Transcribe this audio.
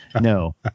No